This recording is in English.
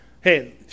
Hey